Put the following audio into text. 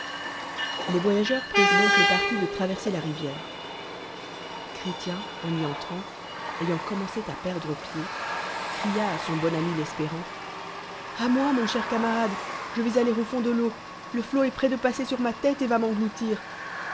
les voyageurs hrirent donc le parti de trw erser la rh i re ciii tien en y entrant avant commeucé à perdre pied cria à son bon ami l'espérant a moi mon cher camtjade je nais aller au fond de l'eau le flot est près de passer sur ma tête